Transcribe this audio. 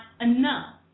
enough